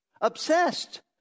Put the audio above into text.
obsessed